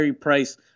price